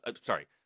sorry